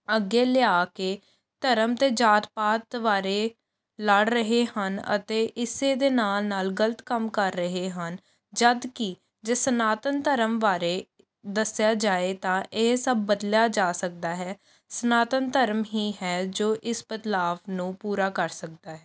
ਅੱਗੇ ਲਿਆ ਕੇ ਧਰਮ ਅਤੇ ਜਾਤ ਪਾਤ ਬਾਰੇ ਲੜ ਰਹੇ ਹਨ ਅਤੇ ਇਸ ਦੇ ਨਾਲ ਨਾਲ ਗਲਤ ਕੰਮ ਕਰ ਰਹੇ ਹਨ ਜਦਕਿ ਜੇ ਸਨਾਤਨ ਧਰਮ ਬਾਰੇ ਦੱਸਿਆ ਜਾਵੇ ਤਾਂ ਇਹ ਸਭ ਬਦਲਿਆ ਜਾ ਸਕਦਾ ਹੈ ਸਨਾਤਨ ਧਰਮ ਹੀ ਹੈ ਜੋ ਇਸ ਬਦਲਾਵ ਨੂੰ ਪੂਰਾ ਕਰ ਸਕਦਾ ਹੈ